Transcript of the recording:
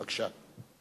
בבקשה.